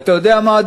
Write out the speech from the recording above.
ואתה יודע מה,